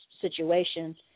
situation